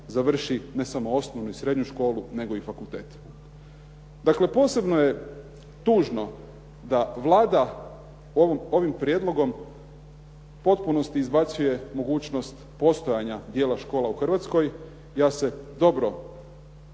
ne samo osnovnu i srednju školu, nego i fakultet. Dakle posebno je tužno da Vlada ovim prijedlogom u potpunosti izbacuje mogućnost postojanja dijela škola u Hrvatskoj, ja se dobro,